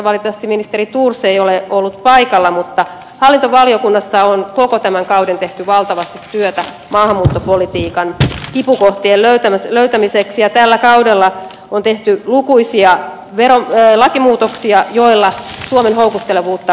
valitettavasti ministeri thors ei ole ollut paikalla mutta hallintovaliokunnassa on koko tämän kauden tehty valtavasti työtä maahanmuuttopolitiikan kipukohtien löytämiseksi ja tällä kaudella on tehty lukuisia lakimuutoksia joilla suomen houkuttelevuutta on vähennetty